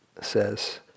says